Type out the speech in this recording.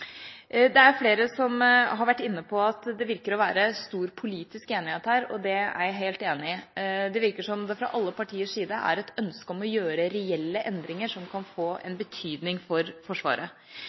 Det er flere som har vært inne på at det virker å være stor politisk enighet her, og det er jeg helt enig i. Det virker som om det fra alle partiers side er et ønske om å gjøre reelle endringer som kan få betydning for Forsvaret.